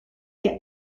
get